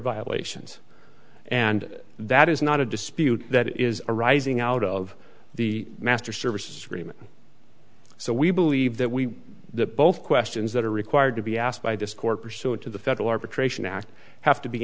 violations and that is not a dispute that is arising out of the master service agreement so we believe that we that both questions that are required to be asked by this court pursuant to the federal arbitration act have to be